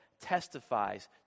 testifies